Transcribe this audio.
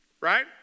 Right